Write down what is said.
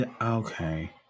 okay